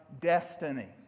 destiny